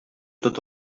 tot